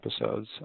episodes